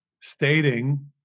stating